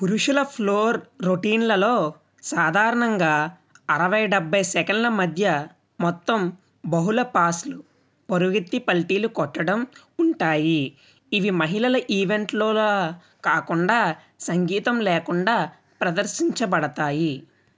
పురుషుల ఫ్లోర్ రొటీన్లలో సాధారణంగా అరవై డెబ్భై సెకన్ల మధ్య మొత్తం బహుళ పాస్లు పరుగెత్తి పల్టీలు కొట్టడం ఉంటాయి ఇవి మహిళల ఈవెంట్లోలాగా కాకుండా సంగీతం లేకుండా ప్రదర్శించబడతాయి